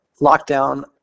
lockdown